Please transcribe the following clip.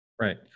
Right